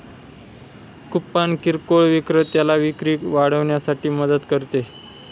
coupon किरकोळ विक्रेत्याला विक्री वाढवण्यासाठी मदत करते